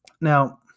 Now